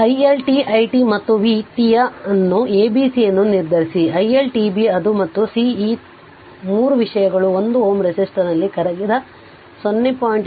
i L t i t ಮತ್ತು v t ಯನ್ನು a b c ಎಂದು ನಿರ್ಧರಿಸಿ i L tb ಅದು ಮತ್ತು c ಈ 3 ವಿಷಯಗಳು 1 Ω ರೆಸಿಸ್ಟರ್ನಲ್ಲಿ ಕರಗಿದ 0